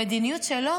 המדיניות שלו